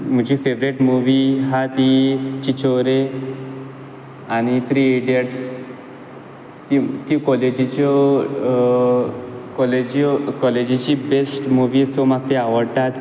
म्हजी favourite movie हा ती छिंचोरे आनी थ्री इडियट्स ती ती कॉलेजिच्यो कॉलेजी कॉलेजिची बेस्ट मुवी सो म्हाक ती आवडटा